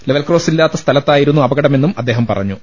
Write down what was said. ലെവൽക്രോസില്ലാത്ത സ്ഥലത്തായിരുന്നു അപകട മെന്നും അദ്ദേഹം പറഞ്ഞു